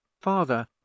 father